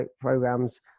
programs